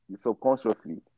subconsciously